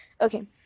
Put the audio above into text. Okay